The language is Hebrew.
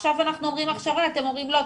עכשיו אנחנו אומרים הכשרה אתם אומרים: לא,